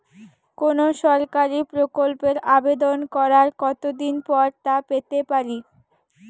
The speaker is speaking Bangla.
কোনো সরকারি প্রকল্পের আবেদন করার কত দিন পর তা পেতে পারি?